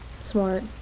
Smart